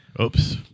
Oops